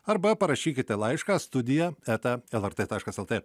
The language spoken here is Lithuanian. arba parašykite laišką studija eta lrt taškas lt